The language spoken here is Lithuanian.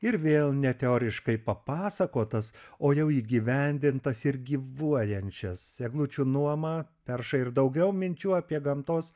ir vėl ne teoriškai papasakotas o jau įgyvendintas ir gyvuojančias eglučių nuoma perša ir daugiau minčių apie gamtos